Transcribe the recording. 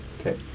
Okay